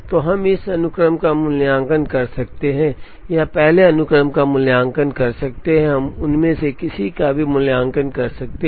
तो हम इस अनुक्रम का मूल्यांकन कर सकते हैं या हम इस अनुक्रम का मूल्यांकन कर सकते हैं हम उनमें से किसी का भी मूल्यांकन कर सकते हैं